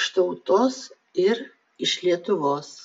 iš tautos ir iš lietuvos